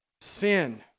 Sin